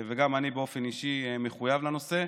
וגם אני באופן אישי מחויב לנושא,